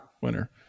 winner